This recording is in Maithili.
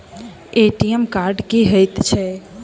ए.टी.एम कार्ड की हएत छै?